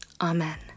Amen